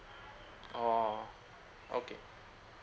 oh okay